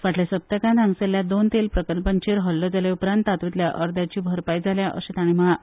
फाटल्या सप्तकांत हांगासरल्या दोन तेल प्रकल्पांचेर हल्लो जाल्ल्यान तातूंतल्या अर्द्याची भरपाय जाल्या अशें तांणी म्हळां